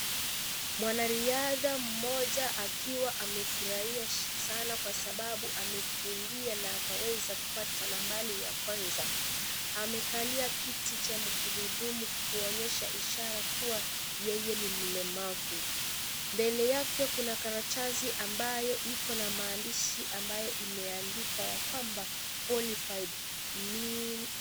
Mwanariadha mmoja akiwa amefurahia sana kawa sababu ameweza kukimbia na akapata nambari ya kwanza. Amekalia kiti cha magurudumu kuonyesha ishara kua yeye ni mlemavu. Mbele yake kuna karatasi ambayo iko na maandishi ambayo imeandikwa qualified .